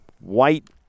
white